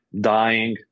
dying